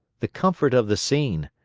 the comfort of the scene,